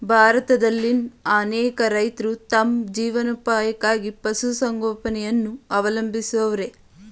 ಭಾರತದಲ್ಲಿನ್ ಅನೇಕ ರೈತ್ರು ತಮ್ ಜೀವನೋಪಾಯಕ್ಕಾಗಿ ಪಶುಸಂಗೋಪನೆಯನ್ನ ಅವಲಂಬಿಸವ್ರೆ